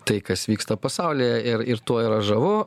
tai kas vyksta pasaulyje ir ir tuo yra žavu